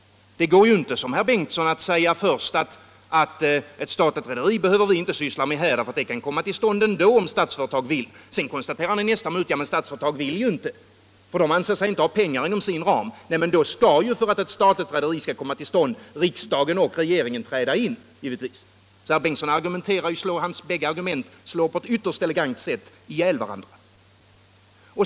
Det går inte att göra som herr Bengtsson. Han säger först att ett statligt rederi behöver vi inte syssla med här, för det kan komma till stånd ändå om Statsföretag vill, och i nästa minut konstaterar han att Statsföretag inte vill, för man anser sig inte ha pengar inom sin ram. Då skall givetvis riksdagen och regeringen träda in för att ett statligt rederi skall komma till stånd. Herr Bengtssons bägge argument slår på ett ytterst elegant sätt ihjäl varandra.